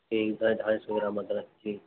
ایک ڈھائی ڈھائی سو گرام ادرک جی